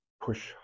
push